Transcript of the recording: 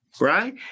Right